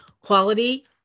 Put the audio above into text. quality